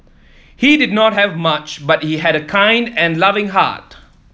he did not have much but he had a kind and loving heart